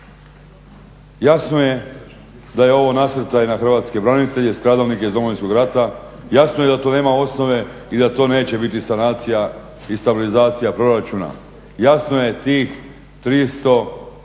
Jasno je da je ovo nasrtaj na hrvatske branitelje, stradalnike Domovinskog rata, jasno je da tu nema osnove i da to neće biti sanacija i stabilizacija proračuna. Jasno je tih 303